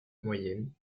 moyennes